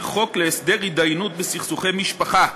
חוק להסדר התדיינות בסכסוכי משפחה,